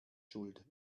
schuld